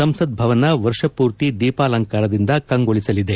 ಸಂಸತ್ ಭವನ ವರ್ಷಪೂರ್ತಿ ದೀಪಾಲಂಕಾರದಿಂದ ಕಂಗೊಳಿಸಲಿದೆ